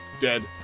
dead